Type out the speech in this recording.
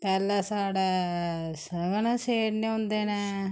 पैह्ले साढ़े सगन सेड़ने होंदे न